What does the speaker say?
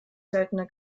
seltene